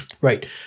Right